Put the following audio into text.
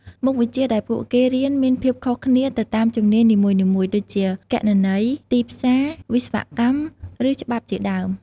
មុខវិជ្ជាដែលពួកគេរៀនមានភាពខុសគ្នាទៅតាមជំនាញនីមួយៗដូចជា គណនេយ្យ ទីផ្សារ វិស្វកម្ម ឬច្បាប់ជាដើម។